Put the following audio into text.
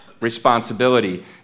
responsibility